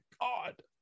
God